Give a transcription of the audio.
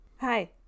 Hi